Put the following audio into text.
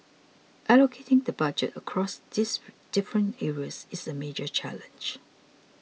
allocating the Budget across these different areas is a major challenge